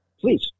Please